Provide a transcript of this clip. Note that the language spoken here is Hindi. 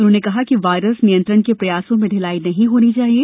उन्होंने कहा कि वायरस नियंत्रण के प्रयासों में ढ़िलाई नहीं होना चाहिये